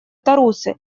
тарусы